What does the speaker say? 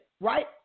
right